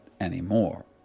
anymore